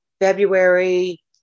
February